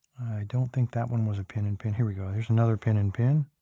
don't think that one was a pin in pin. here we go. there's another pin in pin.